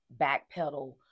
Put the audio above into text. backpedal